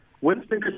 Winston